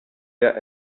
der